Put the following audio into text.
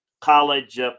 College